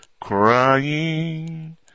crying